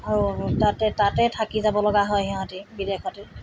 আৰু তাতে তাতে থাকি যাব লগা হয় সিহঁতে বিদেশতে